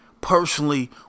personally